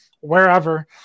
wherever